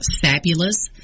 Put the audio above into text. fabulous